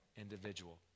individual